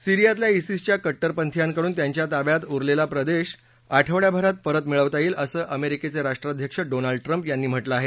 सीरीयातल्या झीसच्या कट्टरपंथियांकडून त्यांच्या ताब्यात उरलेला प्रदेश आठवड्याभरात परत मिळवता येईल असं अमेरिकेचे राष्ट्राध्यक्ष डोनाल्ड ट्रम्प यांनी म्हटलं आहे